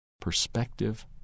perspective